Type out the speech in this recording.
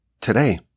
today